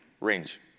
range